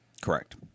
Correct